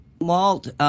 Walt